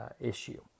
issue